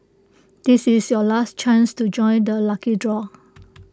this is your last chance to join the lucky draw